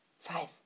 five